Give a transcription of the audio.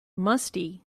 musty